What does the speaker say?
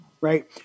right